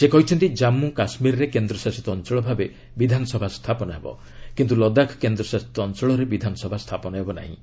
ସେ କହିଛନ୍ତି ଜାନ୍ଧୁ କାଶ୍ମୀରରେ କେନ୍ଦ୍ରଶାସିତ ଅଞ୍ଚଳ ଭାବେ ବିଧାନସଭା ସ୍ଥାପନ ହେବ କିନ୍ତୁ ଲଦାଖ କେନ୍ଦ୍ର ଶାସିତ ଅଞ୍ଚଳରେ ବିଧାନସଭା ସ୍ଥାପନ ହେବ ନାହିଁ